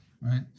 Right